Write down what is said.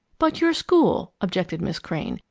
but your school objected miss crane.